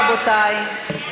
רבותי,